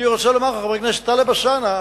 אני רוצה לומר לך, חבר הכנסת טלב אלסאנע,